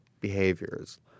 behaviors